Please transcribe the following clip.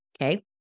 okay